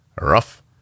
rough